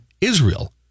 Israel